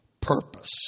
purpose